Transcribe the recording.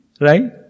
Right